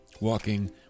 walking